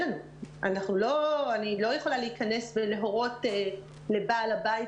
אני לא יכולה להורות לבעל הבית